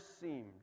seemed